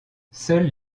seules